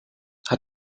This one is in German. hat